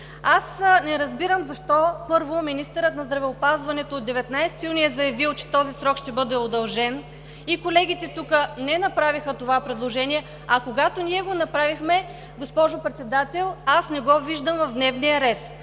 Аз не разбирам, първо, защо министърът на здравеопазването от 19 юни е заявил, че този срок ще бъде удължен. Колегите тук не направиха това предложение, а когато ние го направихме, госпожо Председател, аз не го виждам в дневния ред.